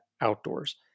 outdoors